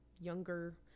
younger